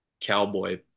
cowboy